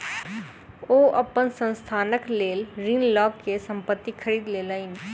ओ अपन संस्थानक लेल ऋण लअ के संपत्ति खरीद लेलैन